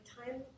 time